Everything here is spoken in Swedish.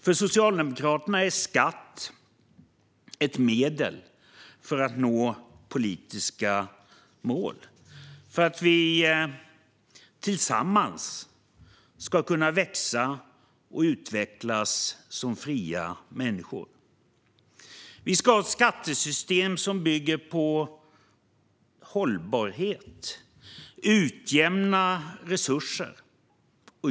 För Socialdemokraterna är skatt ett medel för att nå politiska mål, för att vi tillsammans ska kunna växa och utvecklas som fria människor. Vi ska ha ett skattesystem som bygger på hållbarhet och utjämnar resurser.